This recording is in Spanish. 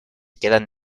quedan